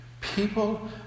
People